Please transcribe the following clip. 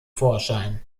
vorschein